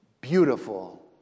Beautiful